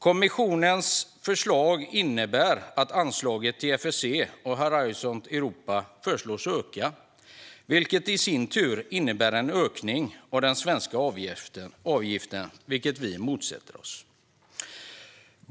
Kommissionens förslag innebär att anslaget till FSE och Horisont Europa föreslås öka, något som i sin tur innebär en ökning av den svenska avgiften, vilket vi motsätter oss.